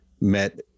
met